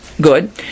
good